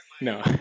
no